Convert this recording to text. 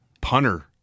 punter